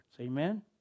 Amen